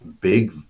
big